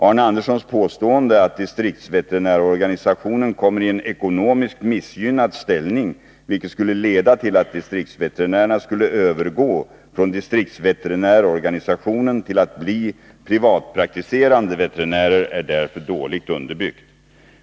Arne Anderssons påstående att distriktsveterinärorganisationen kommer i en ekonomiskt missgynnad ställning, vilket skulle leda till att distriktsveterinärerna skulle övergå från distriktsveterinärorganisationen till att bli privatpraktiserande veterinärer, är därför dåligt underbyggt.